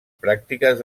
pràctiques